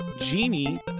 Genie